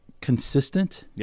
consistent